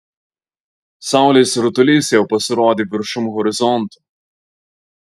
saulės rutulys jau pasirodė viršum horizonto